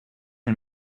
and